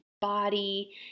body